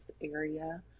area